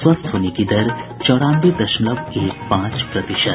स्वस्थ होने की दर चौरानवे दशमलव एक पांच प्रतिशत